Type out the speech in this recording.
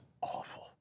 awful